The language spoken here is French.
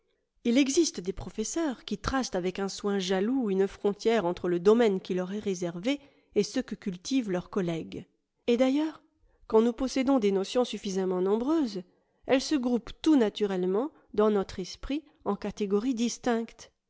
il existe des professeurs qui tracent avec un soin jaloux une frontière entre le domaine qui leur est réservé et ceux que cultivent leurs collègues et d'ailleurs quand nous possédons des notions suffisamment nombreuses elles se groupent tout naturellement dans notre esprit en catégories distinctes